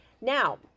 Now